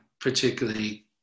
particularly